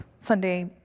Sunday